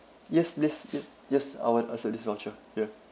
yes please ye~ yes I would accept this voucher ya